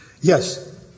Yes